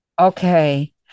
okay